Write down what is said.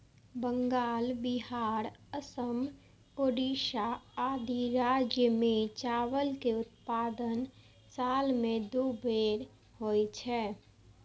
बंगाल, बिहार, असम, ओड़िशा आदि राज्य मे चावल के उत्पादन साल मे दू बेर होइ छै